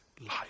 life